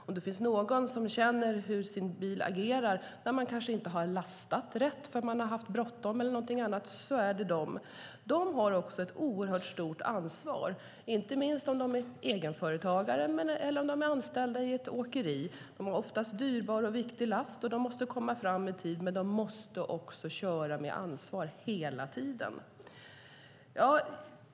Om det finns några som känner hur deras bilar agerar när de kanske inte har lastat rätt, därför att de har haft bråttom eller av något annat skäl, är det de. De har också ett oerhört stort ansvar, inte minst om de är egenföretagare men också om de är anställda i ett åkeri. De har oftast dyrbar och viktig last, de måste komma fram i tid, men de måste också köra med ansvar hela tiden.